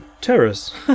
Terrace